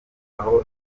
aho